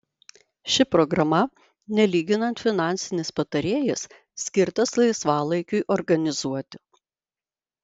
ši programa nelyginant finansinis patarėjas skirtas laisvalaikiui organizuoti